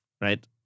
right